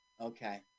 Okay